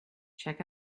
check